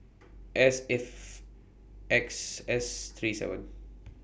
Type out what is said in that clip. S F X S three seven